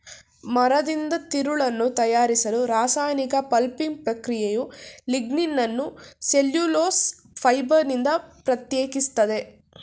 ಮರದಿಂದ ತಿರುಳನ್ನು ತಯಾರಿಸಲು ರಾಸಾಯನಿಕ ಪಲ್ಪಿಂಗ್ ಪ್ರಕ್ರಿಯೆಯು ಲಿಗ್ನಿನನ್ನು ಸೆಲ್ಯುಲೋಸ್ ಫೈಬರ್ನಿಂದ ಪ್ರತ್ಯೇಕಿಸ್ತದೆ